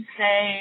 say